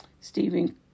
Stephen